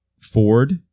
Ford